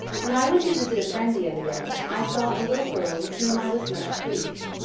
when i went to visit a friend, the other day, i saw a little girl with whom i was much pleased.